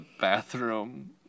bathroom